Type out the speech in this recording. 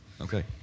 okay